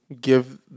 give